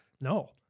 no